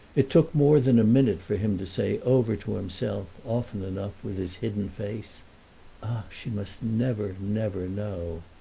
it took more than a minute for him to say over to himself often enough, with his hidden face ah, she must never, never know!